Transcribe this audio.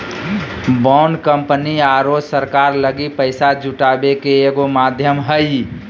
bond company आरो सरकार लगी पैसा जुटावे के एगो माध्यम हइ